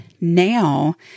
now